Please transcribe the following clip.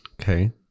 Okay